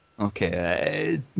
Okay